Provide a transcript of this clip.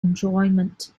enjoyment